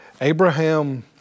Abraham